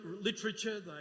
literature